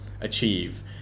achieve